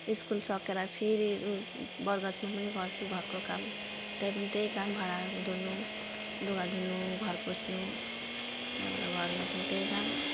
school सकेर फेरि उ बरगाछमा पनि गर्छु घरको काम त्यहीँ पनि त्यही काम भाँडा धुनु लुगा धुनु घर पुछ्नु त्यहाँबाट घरमा पनि त्यही काम